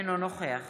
אינו נוכח